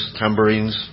tambourines